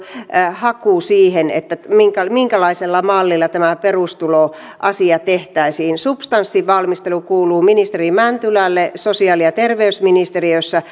haku siihen minkälaisella mallilla tämä perustuloasia tehtäisiin substanssin valmistelu kuuluu ministeri mäntylälle sosiaali ja terveysministeriössä